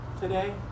today